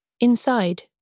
Inside